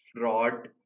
fraud